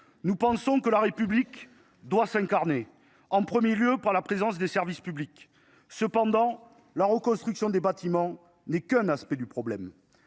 Nous pensons que la République doit s’incarner, en premier lieu au travers des services publics. Cependant, la reconstruction des bâtiments n’est que l’un des aspects du problème.